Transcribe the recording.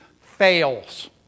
fails